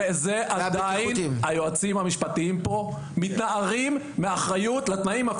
ועדיין היועצים המשפטיים פה מתנערים מאחריות לתנאים.